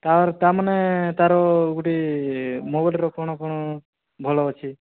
ତାର ତା' ମାନେ ତାର ମୋବାଇଲ୍ ର କ'ଣ କ'ଣ ଭଲ ଅଛି